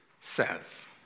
says